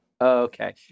Okay